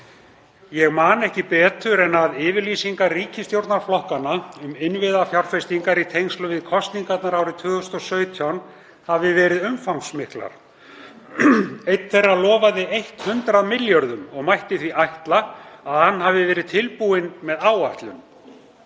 Ég man ekki betur en að yfirlýsingar ríkisstjórnarflokkanna, um innviðafjárfestingar í tengslum við kosningarnar árið 2017, hafi verið umfangsmiklar. Einn þeirra lofaði 100 milljörðum og mætti því ætla að hann hafi verið tilbúinn með áætlun.